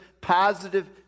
positive